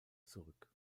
zurück